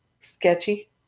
Sketchy